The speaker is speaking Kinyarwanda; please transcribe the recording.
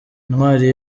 intwari